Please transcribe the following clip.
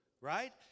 right